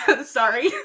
Sorry